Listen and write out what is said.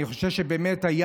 אני חושב שבאמת היה